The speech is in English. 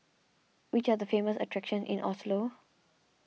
which are the famous attractions in Oslo